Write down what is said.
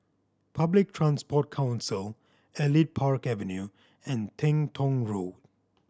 Public Transport Council Elite Park Avenue and Teng Tong Road